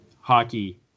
hockey